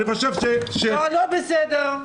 לא, לא בסדר.